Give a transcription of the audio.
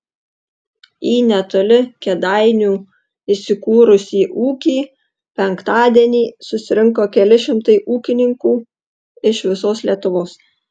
į netoli kėdainių įsikūrusį ūkį penktadienį susirinko keli šimtai ūkininkų iš visos lietuvos